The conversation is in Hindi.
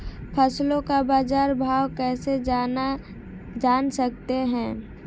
फसलों का बाज़ार भाव कैसे जान सकते हैं?